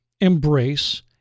embrace